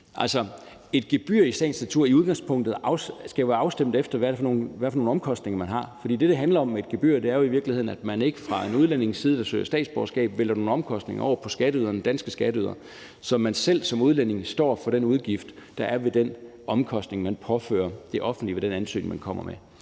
Altså, et gebyr skal i sagens natur være afstemt efter, hvad for nogle omkostninger man har. For det, det handler om med et gebyr, er jo i virkeligheden, at man ikke fra en udlændings side, der søger om statsborgerskab, vælter nogle omkostninger over på danske skatteydere, så man selv som udlænding står for den udgift, der er ved den omkostning, man påfører det offentlige ved den ansøgning, man kommer med.